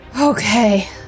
Okay